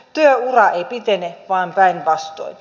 työura ei pitene vaan päinvastoin